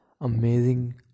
amazing